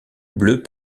bleu